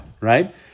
right